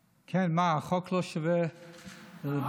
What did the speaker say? מה, החוק לא שווה ללבוש,